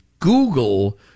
Google